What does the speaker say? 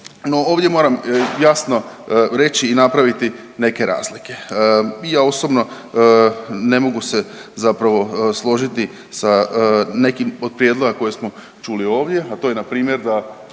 ovdje moram jasno reći i napraviti neke razlike. I ja osobno ne mogu se zapravo složiti sa nekim od prijedloga koje smo čuli ovdje, a to je npr. da